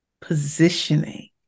positioning